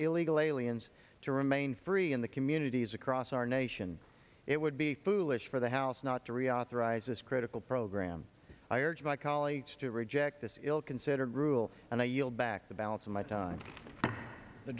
illegal aliens to remain free in the communities across our nation it would be foolish for the house not to reauthorize this critical program i urge my colleagues to reject this ill considered rule and i yield back the balance of my time